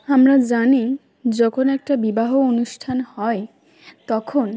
আমরা জানি যখন একটা বিবাহ অনুষ্ঠান হয় তখন